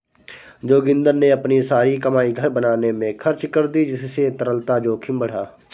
जोगिंदर ने अपनी सारी कमाई घर बनाने में खर्च कर दी जिससे तरलता जोखिम बढ़ा